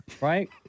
right